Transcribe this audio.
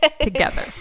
together